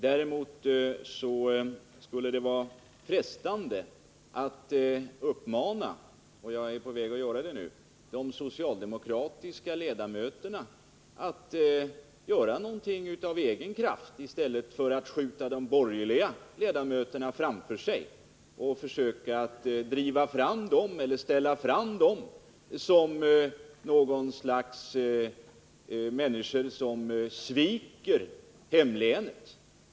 Däremot skulle det vara frestande att uppmana — och jag gör det nu — de socialdemokratiska ledamöterna att göra någonting av egen kraft i stället för att skjuta de borgerliga ledamöterna framför sig och försöka få dem att framstå som människor som sviker hemlänet.